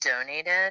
donated